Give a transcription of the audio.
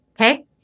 Okay